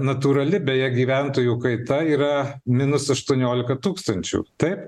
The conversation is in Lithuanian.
natūrali beje gyventojų kaita yra minus aštuoniolika tūkstančių taip